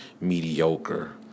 mediocre